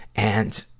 and,